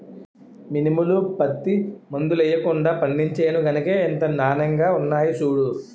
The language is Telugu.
మినుములు, పత్తి మందులెయ్యకుండా పండించేను గనకే ఇంత నానెంగా ఉన్నాయ్ సూడూ